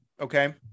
Okay